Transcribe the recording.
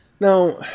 Now